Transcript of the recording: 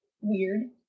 weird